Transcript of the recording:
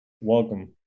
Welcome